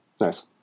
nice